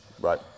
right